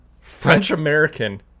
French-American